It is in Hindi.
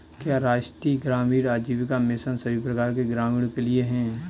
क्या राष्ट्रीय ग्रामीण आजीविका मिशन सभी प्रकार के ग्रामीणों के लिए है?